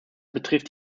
betrifft